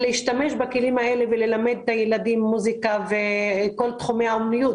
להשתמש בכלים האלה וללמד את הילדים מוזיקה ואת כל תחומי האומנות.